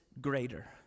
greater